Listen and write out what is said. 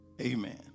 Amen